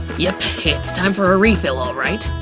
yep okay it's time for a refill all right